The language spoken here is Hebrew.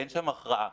אין שם הכרעה.